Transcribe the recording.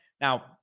Now